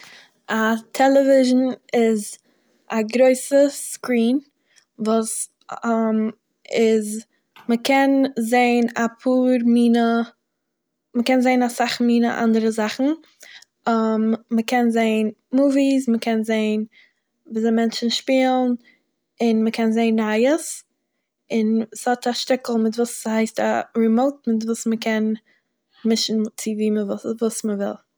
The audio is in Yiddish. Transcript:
א טעלעוויזשן איז א גרויסע סקרין וואס איז מ'קען זען אפאר מינע- מ'קען זען אסאך מינע אנדערע זאכן, מ'קען זען מאוויס, מ'קען זען ווי אזוי מענטשן שפילן, און מ'קען זען נייעס, און ס'האט א שטיקל מיט וואס ס'הייסט א רימאוט מיט וואס מ'קען צמישן צו ווי מ'וויל- וואס מ'וויל.